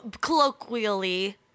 colloquially